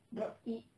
drop kick